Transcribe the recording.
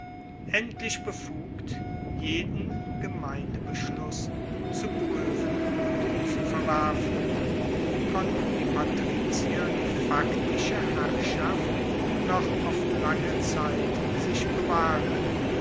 endlich befugt jeden gemeindebeschluss zu pruefen und zu verwerfen konnten die patrizier die faktische herrschaft noch auf lange zeit sich bewahren